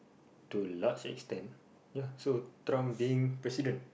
to large extent ya so Trump being president